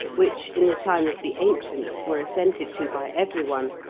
which, in the time of the ancients, were assented to by everyone,